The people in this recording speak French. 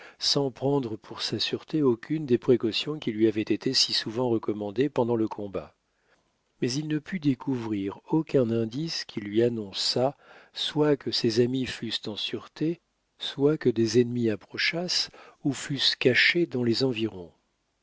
sans prendre pour sa sûreté aucune des précautions qui lui avaient été si souvent recommandées pendant le combat mais il ne put découvrir aucun indice qui lui annonçât soit que ses amis fussent en sûreté soit que des ennemis approchassent ou fussent cachés dans les environs